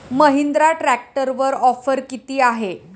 महिंद्रा ट्रॅक्टरवर ऑफर किती आहे?